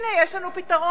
הנה, יש לנו פתרון,